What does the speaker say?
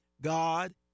God